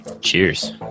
Cheers